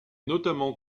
notamment